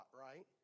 right